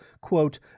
Quote